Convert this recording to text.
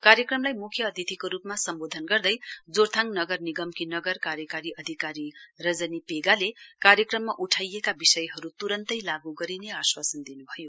कार्यक्रमलाई म्ख्य अतिथिको रुपमा सम्बोधन गर्दै जोरथाङ नगर निगमकी कार्यकारी अधिकारी रजनी पेशाले कार्यक्रममा उठाइएका विषयहरु तुरन्तै लागू गरिने आश्वासन दिनुभयो